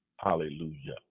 hallelujah